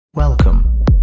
Welcome